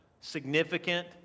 significant